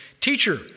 Teacher